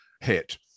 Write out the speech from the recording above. hit